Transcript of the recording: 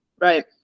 Right